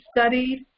studied